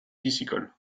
piscicole